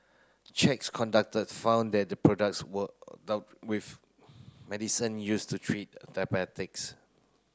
checks conducted found that the products were with medicine used to treat diabetics